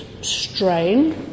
strain